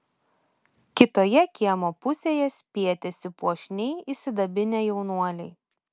kitoje kiemo pusėje spietėsi puošniai išsidabinę jaunuoliai